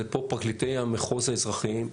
אלה פרקליטי המחוז האזרחיים,